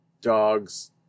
dog's